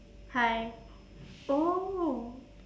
hi oh